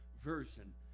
version